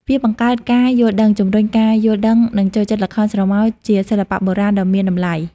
វាបង្កើតការយល់ដឹង ជំរុញការយល់ដឹង និងចូលចិត្តល្ខោនស្រមោល ជាសិល្បៈបុរាណដ៏មានតម្លៃ។